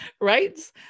Right